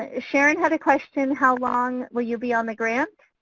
ah sharon had a question. how long will you be on the grant?